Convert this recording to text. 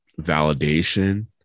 validation